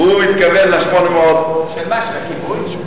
הוא מתכוון ל-800, של מה, של הכיבוי?